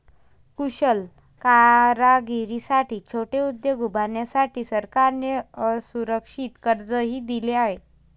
कुशल कारागिरांसाठी छोटे उद्योग उभारण्यासाठी सरकारने असुरक्षित कर्जही दिले आहे